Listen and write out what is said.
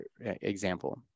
example